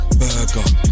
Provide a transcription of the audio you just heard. burger